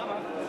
למה?